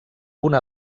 una